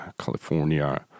California